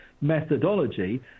methodology